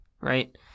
right